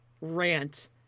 rant